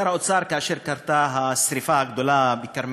שר האוצר, כאשר קרתה השרפה הגדולה בכרמל,